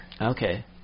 Okay